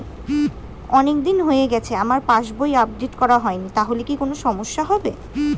অনেকদিন হয়ে গেছে আমার পাস বই আপডেট করা হয়নি তাহলে কি কোন সমস্যা হবে?